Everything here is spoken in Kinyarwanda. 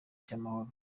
cy’amahoro